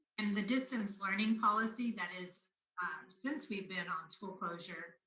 and the distance learning policy that is since we've been on school closure,